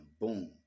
boom